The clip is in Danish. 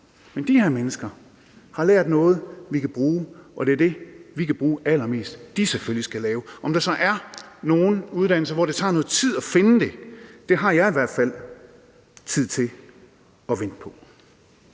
Men de her mennesker har lært noget, vi kan bruge, og det er det, vi kan bruge allermest, de selvfølgelig skal lave. Så er der nogle uddannelser, hvor det tager noget tid at finde den hylde, men det har jeg i hvert fald tid til at vente på.